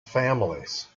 families